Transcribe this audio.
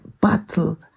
battle